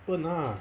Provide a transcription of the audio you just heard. happen lah